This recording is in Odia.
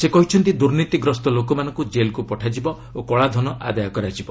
ସେ କହିଛନ୍ତି ଦୁର୍ନୀତିଗ୍ରସ୍ତ ଲୋକମାନଙ୍କୁ କେଲ୍କୁ ପଠାଯିବ ଓ କଳାଧନ ଆଦାୟ କରାଯିବ